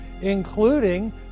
including